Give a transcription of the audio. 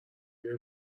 روی